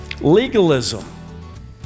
legalism